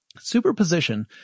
superposition